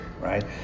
right